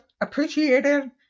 appreciated